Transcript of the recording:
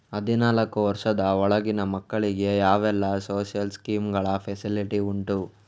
ಹದಿನಾಲ್ಕು ವರ್ಷದ ಒಳಗಿನ ಮಕ್ಕಳಿಗೆ ಯಾವೆಲ್ಲ ಸೋಶಿಯಲ್ ಸ್ಕೀಂಗಳ ಫೆಸಿಲಿಟಿ ಉಂಟು?